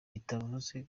bitavuze